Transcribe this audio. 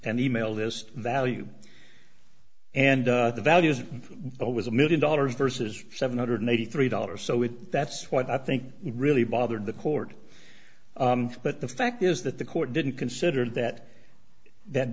and email this value and the value is always a one million dollars versus seven hundred and eighty three dollars so if that's what i think it really bothered the court but the fact is that the court didn't consider that that